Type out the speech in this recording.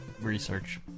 research